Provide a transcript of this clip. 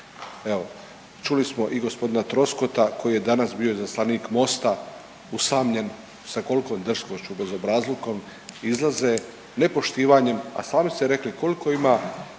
Evo čuli smo i g. Troskota koji je danas bio izaslanik Mosta, usamljen, sa kolikom drskošću i bezobrazlukom izlaze nepoštivanjem, a sami ste rekli koliko ima